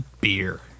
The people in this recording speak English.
beer